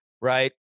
right